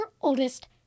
oldest